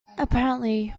apparently